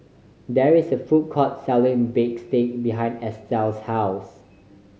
there is a food court selling bistake behind Estell's house